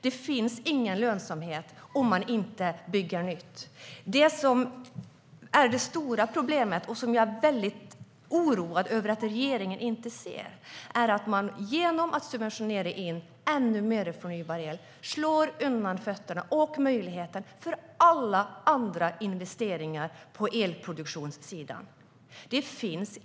Det finns ingen lönsamhet om man inte bygger nytt. Det stora problemet, som jag är oroad över att regeringen inte ser, är att man genom att subventionera in ännu mer förnybar el slår undan fötterna och möjligheten för alla andra investeringar på elproduktionssidan.